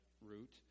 route